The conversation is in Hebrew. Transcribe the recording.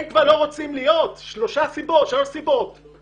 הם כבר לא רוצים להיות משלוש סיבות: הם